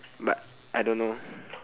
but I don't know